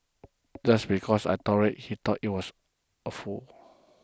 just because I tolerated he thought I was a fool